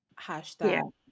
hashtag